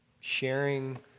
sharing